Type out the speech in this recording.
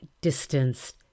distanced